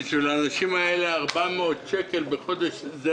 עבור האנשים האלה 400 שקל בחודש זה